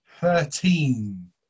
Thirteen